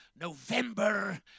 November